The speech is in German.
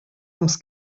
ums